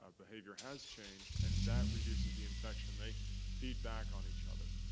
ah behaviour has changed and that reduces the infection. they feed back on each other.